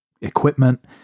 equipment